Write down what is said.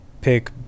pick